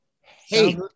Hate